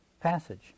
passage